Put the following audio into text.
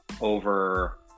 over